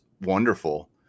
wonderful